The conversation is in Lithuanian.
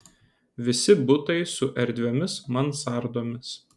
visi butai su erdviomis mansardomis